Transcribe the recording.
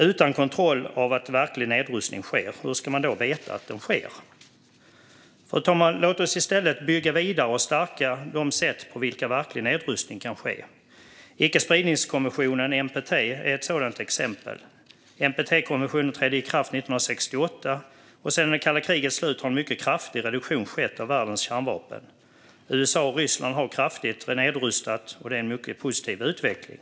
Utan kontroll av att nedrustning verkligen sker, hur ska man veta att den sker? Fru talman! Låt oss i stället bygga vidare på och stärka de sätt på vilka verklig nedrustning kan ske! Icke-spridningskonventionen, NPT, är ett exempel. NPT-konventionen trädde i kraft 1968, och sedan kalla krigets slut har en mycket kraftig reduktion skett av världens kärnvapen. USA och Ryssland har nedrustat kraftigt, och det är en mycket positiv utveckling.